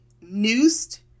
noosed